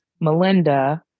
Melinda